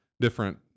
different